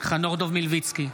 חנוך דב מלביצקי,